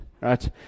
right